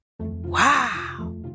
Wow